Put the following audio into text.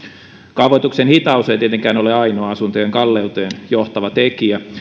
kaavoituksen hitaus ei tietenkään ole ainoa asuntojen kalleuteen johtava tekijä